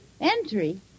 Entry